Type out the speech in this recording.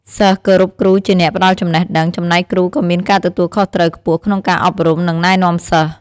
សិស្សគោរពគ្រូជាអ្នកផ្តល់ចំណេះដឹង ចំណែកគ្រូក៏មានការទទួលខុសត្រូវខ្ពស់ក្នុងការអប់រំ និងណែនាំសិស្ស។